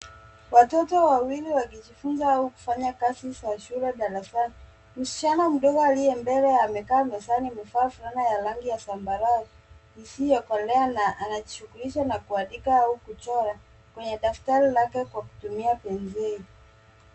Watoto wawili wakijifunza au kufanya kazi za shule darasani. Msichana mdogo aliye mbele amekaa mezani amevaa fulana ya rangi ya zambarau isiyokolea na anajishugulisha kuandika au kuchora, kwenye daftari lake kwa kutumia penseli.